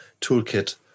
Toolkit